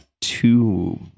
two